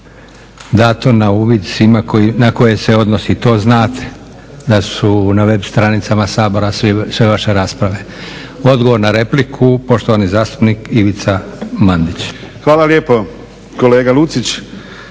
dato na uvid svima na koje se odnosi. To znate da su na web stranicama Sabora sve vaše rasprave. Odgovor na repliku, poštovani zastupnik Ivica Mandić. **Mandić, Ivica